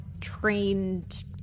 trained